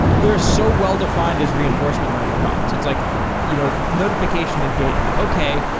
they are so well-defined as reinforcement learning problems. it's like you know notification engagement, okay.